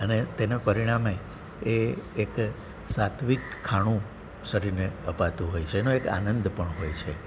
અને તેના પરિણામે એ એક સાત્વિક ખાણું શરીરને અપાતું હોય છે એનો એક આનંદ પણ હોય છે